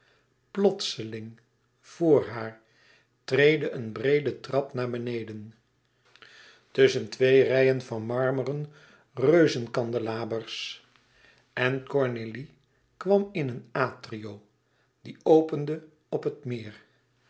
plotseling voor haar treedde een breede trap naar beneden tusschen twee reien van marmeren reuzekandelabers en cornélie kwam in een atrio die opende op het meer